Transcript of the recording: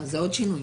זה עוד שינוי.